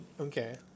Okay